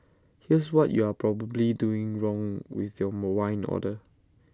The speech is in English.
here's what you are probably doing wrong with your more wine order